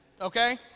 okay